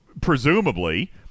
presumably